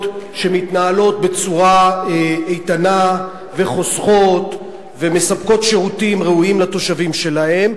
שמתנהלות בצורה איתנה וחוסכות ומספקות שירותים ראויים לתושבים שלהן,